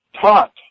taught